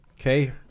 okay